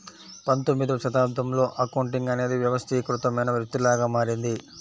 పంతొమ్మిదవ శతాబ్దంలో అకౌంటింగ్ అనేది వ్యవస్థీకృతమైన వృత్తిలాగా మారింది